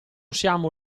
siamo